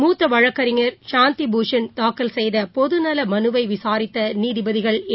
மூத்தவழக்கறிஞர் சாந்திபூஷண் தாக்கல் செய்தபொதுநலமனுவைவிசாரித்தநீதிபதிகள் ஏ